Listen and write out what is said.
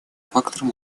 фактором